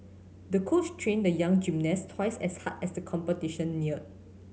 the coach trained the young gymnast twice as hard as the competition neared